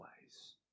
ways